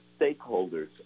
stakeholders